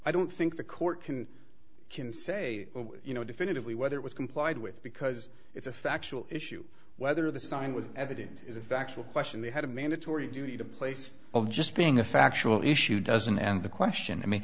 i don't think the court can can say you know definitively whether it was complied with because it's a factual issue whether the sign was evidence is a factual question they had a mandatory duty to place of just being a factual issue doesn't end the question i mean